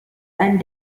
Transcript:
and